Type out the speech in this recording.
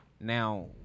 Now